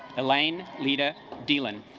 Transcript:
elaine leader dylan